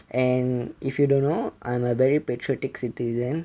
and if you don't know I'm a very patriotic citizen